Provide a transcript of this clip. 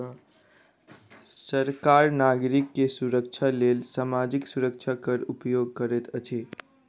सरकार नागरिक के सुरक्षाक लेल सामाजिक सुरक्षा कर उपयोग करैत अछि